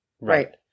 Right